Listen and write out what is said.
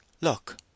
look